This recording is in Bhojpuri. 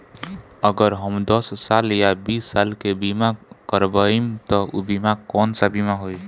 अगर हम दस साल या बिस साल के बिमा करबइम त ऊ बिमा कौन सा बिमा होई?